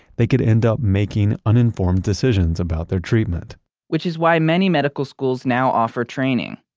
they could end up making uninformed decisions about their treatment which is why many medical schools now offer training.